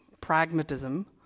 pragmatism